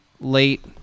late